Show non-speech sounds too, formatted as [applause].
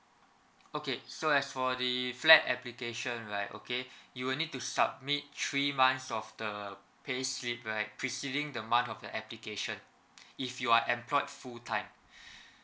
okay so as for the flat application right okay you will need to submit three months of the payslip right preceding the month of the application if you are employed full time [breath]